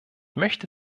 möchte